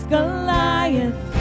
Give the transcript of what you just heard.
Goliath